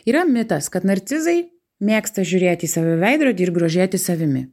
yra mitas kad narcizai mėgsta žiūrėti į save veidrody ir grožėtis savimi